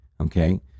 okay